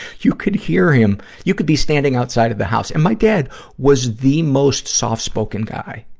you could hear him, you could be standing outside of the house, and my dad was the most soft-spoken guy.